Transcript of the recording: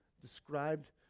described